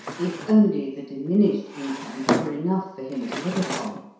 if only the diminished income were enough for him to live upon.